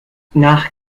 nach